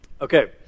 okay